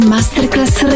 Masterclass